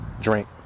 drink